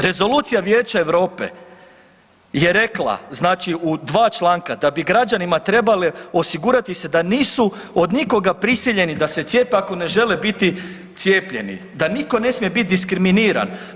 Rezolucija Vijeća Europe je rekla znači u dva članka da bi građanima trebalo osigurati se da nisu od nikoga prisiljeni da se cijepe ako ne žele biti cijepljeni, da niko ne smije bit diskriminiran.